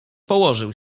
położył